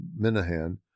Minahan